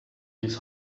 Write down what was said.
his